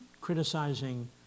criticizing